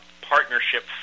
partnership